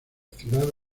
ciudad